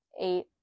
eight